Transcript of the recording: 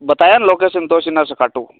बताया ना लोकेशन तोशिना से खाटू